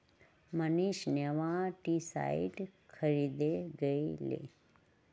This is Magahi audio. मनीष नेमाटीसाइड खरीदे गय लय